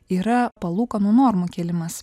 yra palūkanų normų kėlimas